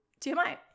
TMI